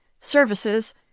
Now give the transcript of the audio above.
services